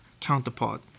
counterpart